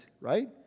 right